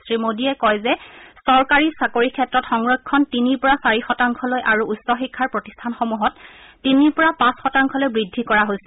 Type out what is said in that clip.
শ্ৰীমোদীয়ে কয় যে চৰকাৰী চাকৰিৰ ক্ষেত্ৰত সংৰক্ষণ তিনিৰ পৰা চাৰি শতাংলৈ আৰু উচ্চ শিক্ষাৰ প্ৰতিষ্ঠানসমূহত তিনিৰ পৰা পাঁচ শতাংশলৈ বৃদ্ধি কৰা হৈছে